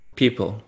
people